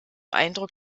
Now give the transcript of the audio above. eindruck